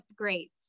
upgrades